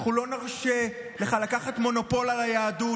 אנחנו לא נרשה לך לקחת מונופול על היהדות.